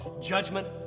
judgment